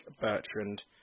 Bertrand